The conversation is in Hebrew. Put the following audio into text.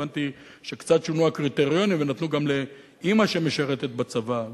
הבנתי שקצת שונו הקריטריונים ונתנו גם לאמא שמשרתת בצבא.